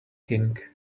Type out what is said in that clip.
king